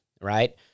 right